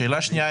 שאלה שנייה,